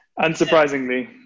Unsurprisingly